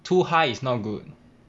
too high is not good